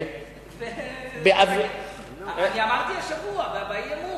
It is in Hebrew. אני אמרתי השבוע באי-אמון: